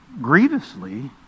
grievously